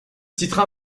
titres